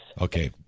Okay